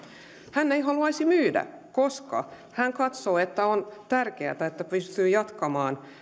hän ei haluaisi myydä koska hän katsoo että on tärkeätä että pystyy jatkamaan